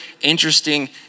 interesting